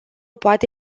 poate